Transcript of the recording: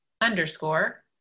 underscore